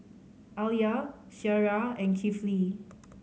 Alya Syirah and Kifli